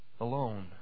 alone